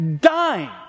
dying